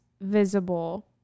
visible